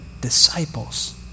disciples